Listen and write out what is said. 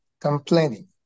complaining